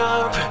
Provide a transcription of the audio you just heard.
up